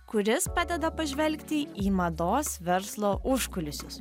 kuris padeda pažvelgti į mados verslo užkulisius